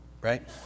Right